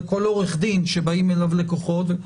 כל עורך דין שבאים אליו לקוחות.